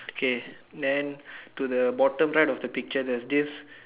okay then to the bottom right of the picture there's this